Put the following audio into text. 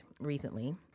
recently